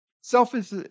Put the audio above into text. Selfish